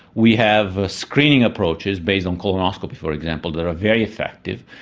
we have screening approaches based on colonoscopy, for example, that are very effective.